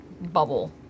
bubble